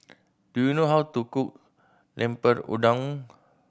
do you know how to cook Lemper Udang